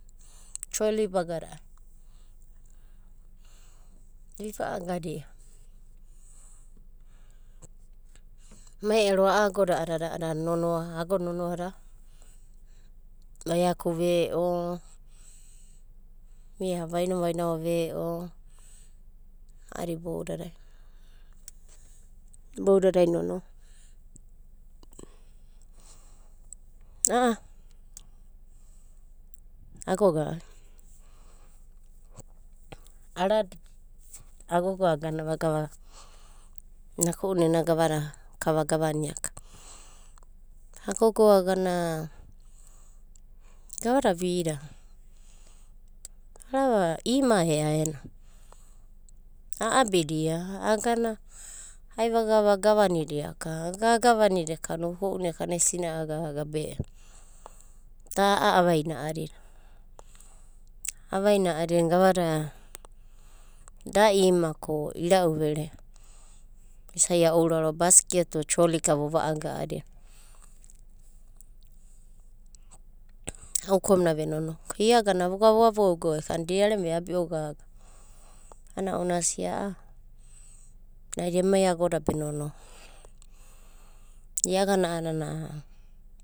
Trolli bagada, iva agada. Mai ero agoda adada ana nonoa, ago nonoada. Vaiaku ve'o, vainao veo, adi boudada iboudada nonoa. a'a, ago gai? Aran agogo agana, naku'u nena gavada, kava gavania akava. Agogo agana, gavada vida? Arava ima e aena. A'abidia agana aivagana va gavanidia aka. Agana a gavanidava ukouna e sina'a gaga. Da'a avai na a'adina. Avaida a'adina gavada da ima ko, irau vere isai a ouraro basketi o trolli naka va aga'a adi, ukom na ve nonoa. Ko iagana vo gana vo agouga diarena ve abio gaga. Ana ounana a sia nai eda ago dabe, nonoa, i'agana anana.